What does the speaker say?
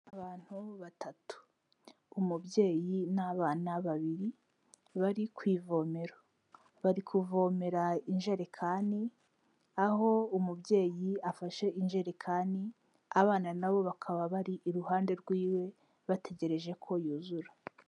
Abantu batatu, umubyeyi n'abana babiri bari ku ivomero bari kuvomera injerekani, aho umubyeyi afashe injerekani, abana nabo bakaba bari iruhande rw'iwe bategereje ko yuzura.